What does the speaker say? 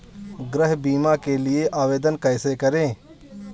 गृह बीमा के लिए आवेदन कैसे करें?